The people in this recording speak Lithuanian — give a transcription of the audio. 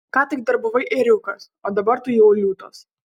ką tik dar buvai ėriukas o dabar tu jau liūtas